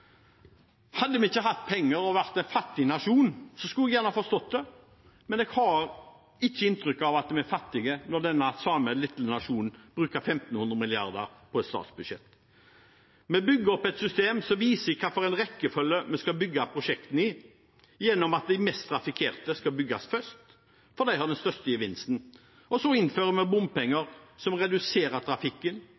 Hadde vi vært en fattig nasjon uten penger, kunne jeg kanskje forstått det, men jeg har ikke inntrykk av at vi er fattige når den samme lille nasjonen bruker 1 500 mrd. kr på et statsbudsjett. Vi bygger opp et system som viser i hvilken rekkefølge vi skal bygge prosjektene, gjennom at de mest trafikkerte skal bygges først fordi de har den største gevinsten, og så innfører vi bompenger